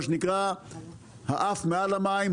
מה שנקרא האף מעל למים,